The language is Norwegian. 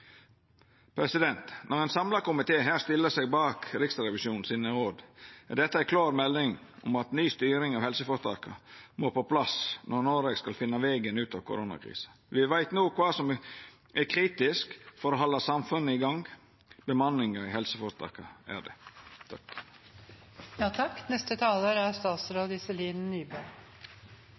Når ein samla komité her stiller seg bak råda frå Riksrevisjonen, er det ei klar melding om at ny styring av helseføretaka må på plass når Noreg skal finna vegen ut av koronakrisa. Me veit no kva som er kritisk for å halda samfunnet i gang – bemanninga i helseføretaka er det.